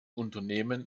unternehmen